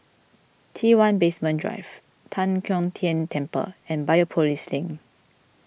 T one Basement Drive Tan Kong Tian Temple and Biopolis Link